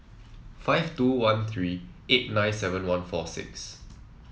five two one three eight nine seven one four six